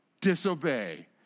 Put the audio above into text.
Disobey